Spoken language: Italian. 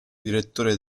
direttore